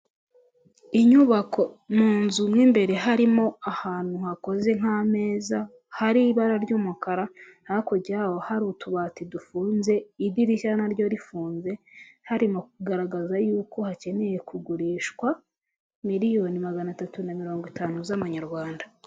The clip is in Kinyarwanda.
Inyubako mu nzu mo imbere harimo ahantu hakoze nk'ameza hari mu ibara ry'umukara, hakurya yaho hari utubati dufunze, idirishya naryo rifunze, harimo kugaragaza yuko hakeneye kugurishwa miliyoni magana atatu na mirongo itanu z'amanyarwanda.